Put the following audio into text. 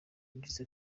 yagize